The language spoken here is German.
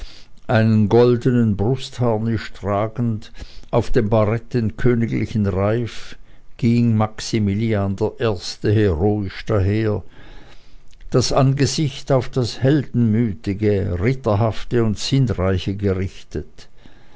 einen goldenen brustharnisch tragend auf dem barett den königlichen reif ging maximilian heroisch daher das angesicht auf das heldenmütige ritterhafte und sinnreiche gerichtet